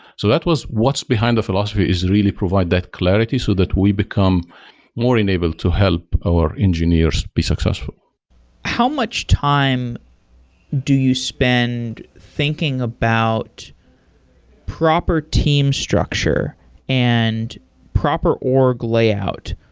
so that was what's behind the philosophy is really provide that clarity, so that we become more enabled to help our engineers be successful how much time do you spend thinking about proper team structure and proper org layout,